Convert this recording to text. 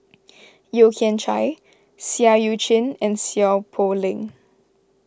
Yeo Kian Chai Seah Eu Chin and Seow Poh Leng